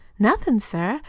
nothin' sir.